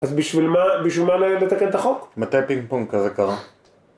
אז בשביל מה, בשביל מה לתקן את החוק? מתי פינג פונג כזה קרה?